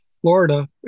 Florida